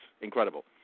incredible